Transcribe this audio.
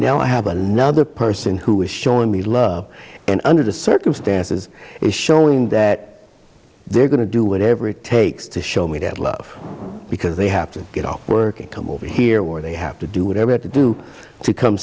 now i have another person who is showing me love and under the circumstances is showing that they're going to do whatever it takes to show me that love because they have to get off work and come over here where they have to do whatever to do to come